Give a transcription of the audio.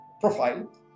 profile